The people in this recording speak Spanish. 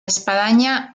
espadaña